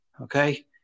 Okay